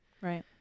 Right